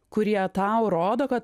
kurie tau rodo kad